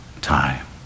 time